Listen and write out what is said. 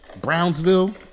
Brownsville